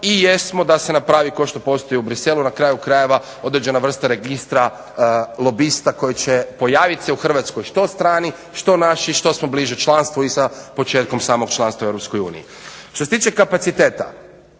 i jesmo da se napravi kao što postoji u Bruxellesu na kraju krajeva određena vrsta registra lobista koji će pojavit se u Hrvatskoj, što strani, što naši, što smo bliže članstvu i sa početkom samog članstva u Europskoj uniji. Što se tiče kapaciteta